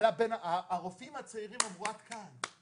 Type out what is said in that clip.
הרופאים הצעירים אמרו: עד כאן.